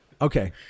Okay